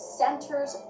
centers